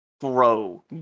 grow